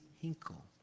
Hinkle